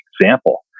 example